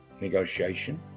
negotiation